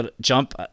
jump